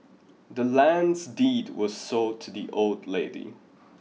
the land's deed was sold to the old lady